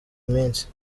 minsi